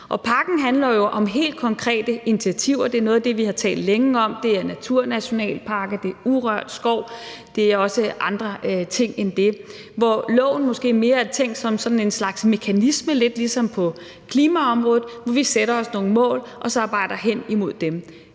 Og pakken handler jo om helt konkrete initiativer. Det er noget af det, vi har talt længe om. Det er naturnationalparker, det er urørt skov, og det er også andre ting end det, hvor loven måske mere er tænkt som sådan en slags mekanisme lidt ligesom på klimaområdet, hvor vi sætter os nogle mål og så arbejder hen imod dem.